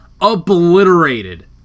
obliterated